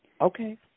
Okay